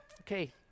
Okay